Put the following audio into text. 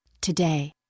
Today